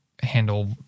handle